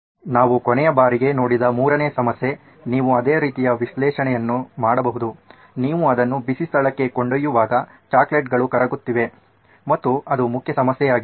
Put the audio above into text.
ನಾವು ಕೊನೆಯ ಬಾರಿಗೆ ನೋಡಿದ ಮೂರನೆಯ ಸಮಸ್ಯೆ ನೀವು ಅದೇ ರೀತಿಯ ವಿಶ್ಲೇಷಣೆಯನ್ನು ಮಾಡಬಹುದು ನೀವು ಅದನ್ನು ಬಿಸಿ ಸ್ಥಳಕ್ಕೆ ಕೊಂಡೊಯ್ಯುವಾಗ ಚಾಕೊಲೇಟ್ಗಳು ಕರಗುತ್ತಿವೆ ಮತ್ತು ಅದು ಮುಖ್ಯ ಸಮಸ್ಯೆಯಾಗಿದೆ